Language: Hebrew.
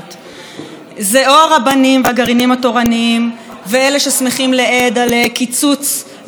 והגרעינים התורניים ואלה ששמחים לאיד על קיצוץ לבתי חולים ולחולי סרטן,